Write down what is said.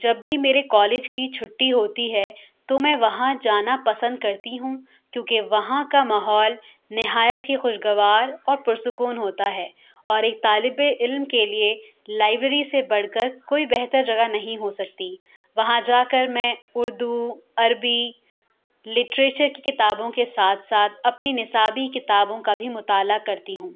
جب بھی میرے کالج کی چھٹی ہوتی ہے تو میں وہاں جانا پسند کرتی ہوں کیونکہ وہاں کا ماحول نہایت ہی خوشگوار اور پر سکون ہوتا ہے اور ایک طالب علم کے لیے لائبریری سے بڑھ کر کوئی بہتر جگہ نہیں ہو سکتی وہاں جا کر میں اردو عربی لٹریچر کی کتابوں کے ساتھ ساتھ اپنی نصابی کتابوں کا بھی مطالعہ کرتی ہوں